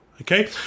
okay